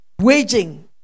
waging